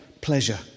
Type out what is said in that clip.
pleasure